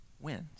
wins